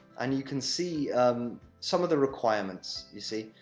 and you can see um some of the requirements, you see.